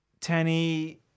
Tanny